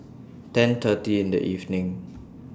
ten thirty in The evening